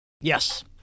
Yes